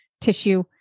tissue